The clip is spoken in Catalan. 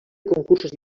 concursos